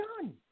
done